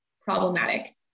problematic